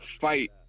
fight